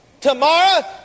Tomorrow